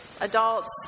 adults